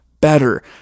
better